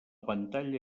pantalla